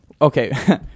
okay